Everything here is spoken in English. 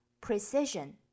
Precision